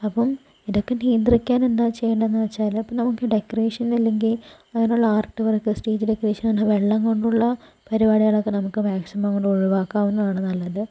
അപ്പോൾ ഇതൊക്കെ നിയന്ത്രിക്കാനെന്താ ചെയ്യേണ്ടെന്ന് വെച്ചാല് ഇപ്പോൾ നമുക്ക് ഡെക്കറേഷൻ അല്ലെങ്കിൽ അങ്ങനുള്ള ആർട്ട് വർക്ക് സ്റ്റേജ് ഡെക്കറേഷൻ വെള്ളം കൊണ്ടുള്ള പരിപാടികളൊക്കെ നമുക്ക് മാക്സിമം അങ്ങോട്ട് ഒഴിവാക്കാവുന്നതാണ് നല്ലത്